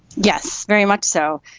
yes, very much so.